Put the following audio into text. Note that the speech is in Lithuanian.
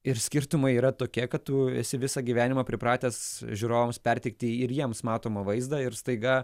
ir skirtumai yra tokie kad tu esi visą gyvenimą pripratęs žiūrovams perteikti ir jiems matomą vaizdą ir staiga